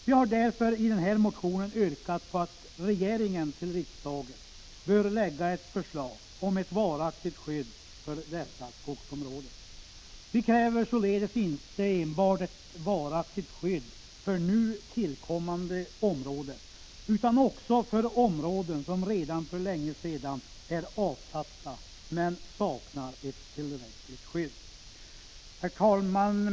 Vi har därför i den här motionen yrkat att regeringen för riksdagen bör lägga fram ett förslag om ett varaktigt skydd för dessa skogsområden. Vi kräver således inte enbart ett varaktigt skydd för nu tillkommande områden utan också för områden som redan för länge sedan är avsatta men som saknar ett tillräckligt skydd. Herr talman!